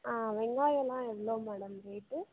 ஆ வெங்காயலாம் எவ்வளோ மேடம் மா